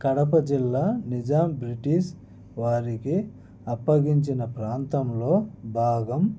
కడప జిల్లా నిజాం బ్రిటిష్ వారికి అప్పగించిన ప్రాంతంలో భాగం